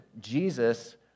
Jesus